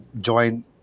Join